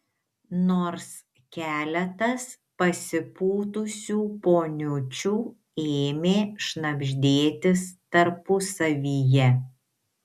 nors keletas pasipūtusių poniučių ėmė šnabždėtis tarpusavyje